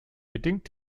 bedingt